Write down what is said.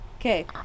okay